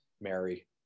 Mary